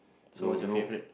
so what's your favourite